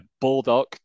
Bulldog